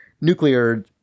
nuclear